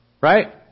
Right